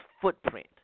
footprint